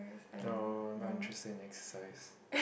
no not interested in exercise